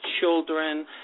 children